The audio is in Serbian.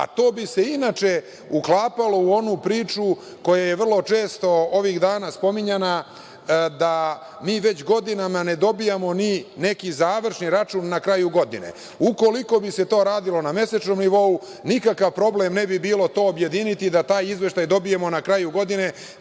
a to bi se inače uklapalo u onu priču, koja je vrlo često, ovih dana, spominjana, da mi već godinama ne dobijamo ni neki završni račun na kraju godine. U koliko bi se to radilo na mesečnom nivou, nikakav problem ne bi bilo to objediniti, da taj izveštaj dobijemo na kraju godine.